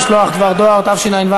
שעבר פה לפני יממה